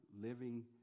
living